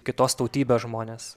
kitos tautybės žmonės